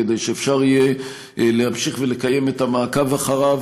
כדי שאפשר יהיה להמשיך ולקיים את המעקב אחריו